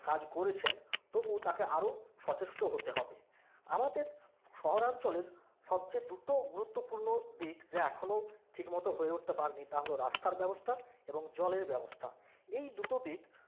কাজ করেছেন তবুও তাকে আরও সচেষ্ট হতে হবে আমাদের শহরাঞ্চলের সবচেয়ে দুটো গুরুত্বপূর্ণ দিক যা এখনও ঠিকমতো হয়ে উঠতে পারেনি তা হল রাস্তার ব্যবস্থা এবং জলের ব্যবস্থা এই দুটো দিক